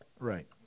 Right